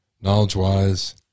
knowledge-wise